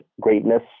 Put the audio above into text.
greatness